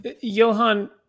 Johan